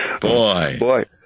Boy